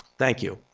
thank you.